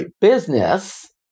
business